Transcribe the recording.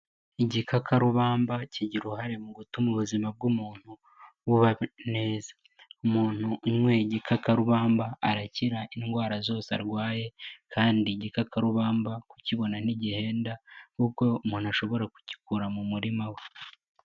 Igikakarubamba kigira uruhare mu gutuma ubuzima bw'umuntu buba neza, umuntu unyweye igikakarubamba arakira indwara zose arwaye, kandi igikakarubamba kukibona ntigihenda, kuko umuntu ashobora kugikura mu murima we.